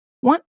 one